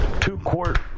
two-quart